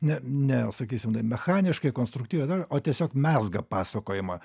ne nesakysim taip mechaniškai konstruktyviai o tiesiog mezga pasakojimą